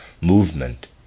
movement